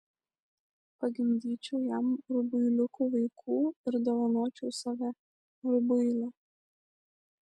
pagimdyčiau jam rubuiliukų vaikų ir dovanočiau save rubuilę